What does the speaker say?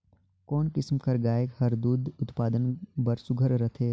कोन किसम कर गाय हर दूध उत्पादन बर सुघ्घर रथे?